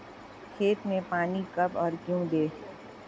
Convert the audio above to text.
खेत में पानी कब और क्यों दें?